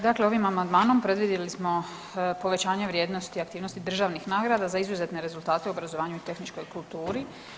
Dakle ovim amandmanom predvidjeli smo povećanje vrijednosti i aktivnosti državnih nagrada za izuzetne rezultate u obrazovanju i tehničkoj kulturi.